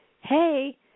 hey